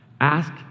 Ask